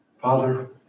Father